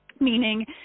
meaning